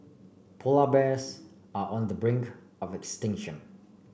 polar bears are on the brink of extinction